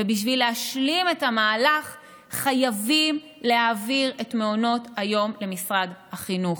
ובשביל להשלים את המהלך חייבים להעביר את מעונות היום למשרד החינוך.